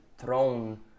throne